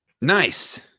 Nice